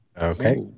Okay